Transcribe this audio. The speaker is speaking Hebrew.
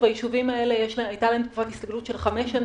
ליישובים האלה הייתה תקופת הסתגלות של חמש שנים.